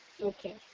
Okay